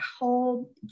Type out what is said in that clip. whole